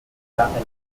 jahre